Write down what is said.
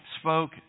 spoke